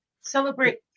Celebrate